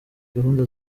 gahunda